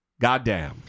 Goddamn